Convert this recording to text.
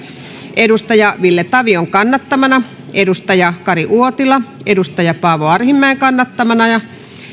ville tavion kannattamana kari uotila paavo arhinmäen kannattamana ja